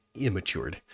immatured